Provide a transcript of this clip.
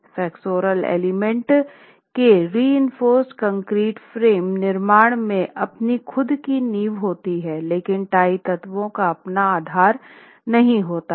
flexural element के reinforced concrete frame निर्माण में अपनी खुद की नींव होती है लेकिन टाई तत्वों का अपना आधार नहीं होता है